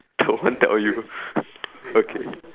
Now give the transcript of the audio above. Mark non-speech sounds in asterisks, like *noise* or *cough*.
don't want tell you *breath* okay